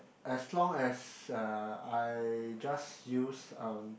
as long as uh I just use um